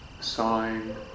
sign